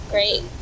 Great